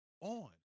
on